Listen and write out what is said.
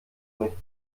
nichts